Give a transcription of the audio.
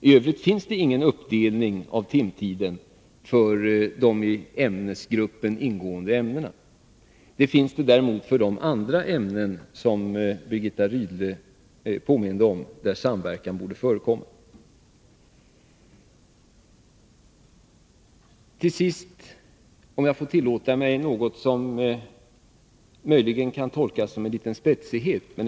I Övrigt finns det ingen uppdelning av timtiden för de i ämnesgruppen ingående ämnena. Det finns det däremot för de andra ämnen där Birgitta Rydle påminde om att samverkan borde förekomma. Får jag till sist tillåta mig något som möjligen kan tolkas som en liten spetsighet.